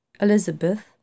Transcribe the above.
Elizabeth